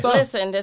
listen